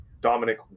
Dominic